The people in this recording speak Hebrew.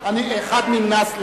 עינת, איפה האומץ?